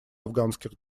афганских